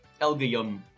Elgium